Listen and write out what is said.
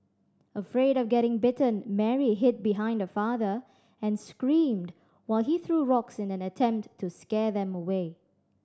afraid of getting bitten Mary hid behind her father and screamed while he threw rocks in an attempt to scare them away